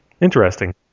Interesting